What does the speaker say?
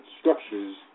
structures